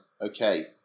Okay